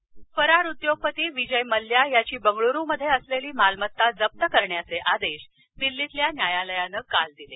मल्या फरार उद्योगपती विजय मल्या याची बंगळुरू मध्ये असलेली मालमत्ता जप्त करण्याचे आदेश दिल्लीतल्या न्यायालयानं काल दिले